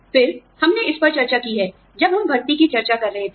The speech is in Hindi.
फिर हमने इस पर चर्चा की है जब हम भर्ती की चर्चा कर रहे थे